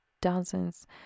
dozens